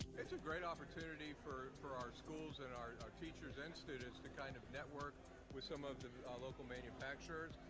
it's a great opportunity for for our schools and our our teachers and students to kind of network with some of the local manufacturers.